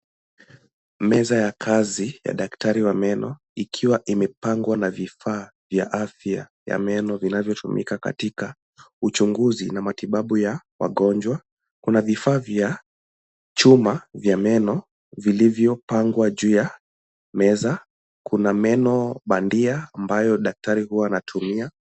Meza ya kazi ya daktari wa meno ikiwa imepangwa na vifaa vya afya ya meno vinavyotumika katika uchunguzi na matibabu ya wagonjwa. Kuna vifaa vya chuma vya meno vilivyopangwa juu ya meza. Kuna meno bandia ambayo daktari huwa anatumia.